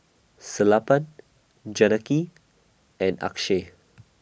Sellapan Janaki and Akshay